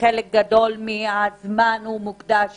שחלק גדול מהזמן מוקדש